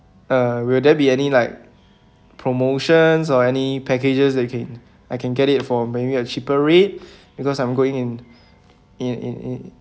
uh will there be any like promotions or any packages that can I can get it for maybe a cheaper rate because I'm going in in in in a